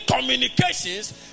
communications